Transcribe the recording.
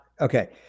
Okay